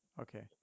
Okay